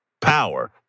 Power